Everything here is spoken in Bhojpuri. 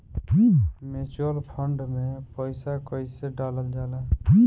म्यूचुअल फंड मे पईसा कइसे डालल जाला?